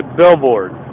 billboard